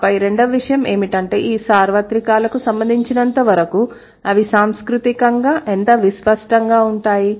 ఆపై రెండవ విషయం ఏమిటంటే ఈ సార్వత్రికాలకు సంబంధించినంతవరకు అవి సాంస్కృతికంగా ఎంత విస్పష్టంగా ఉంటాయి